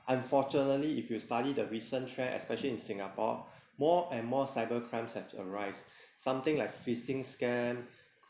unfortunately if you study the recent trend especially in singapore more and more cyber crimes have arise something like phishing scam